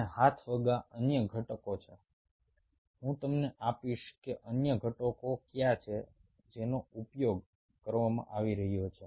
અને હાથવગા અન્ય ઘટકો છે હું તમને આપીશ કે અન્ય ઘટકો કયા છે જેનો ઉપયોગ કરવામાં આવી રહ્યો છે